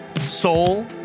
soul